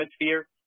hemisphere